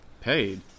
Paid